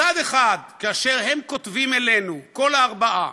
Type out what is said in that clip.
מצד אחד, כאשר הם כותבים אלינו, כל הארבעה,